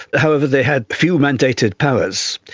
however, they had few mandated powers.